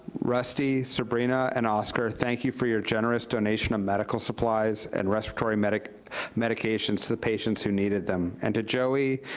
rusty, sabrina and oscar, thank you for your generous donation of medical supplies and respiratory medications to the patients who needed them, and to joey,